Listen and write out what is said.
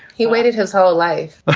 he waited his whole life. but